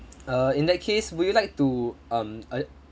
err in that case would you like to um uh